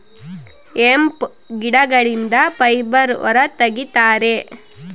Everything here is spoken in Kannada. ಹೆಂಪ್ ಗಿಡಗಳಿಂದ ಫೈಬರ್ ಹೊರ ತಗಿತರೆ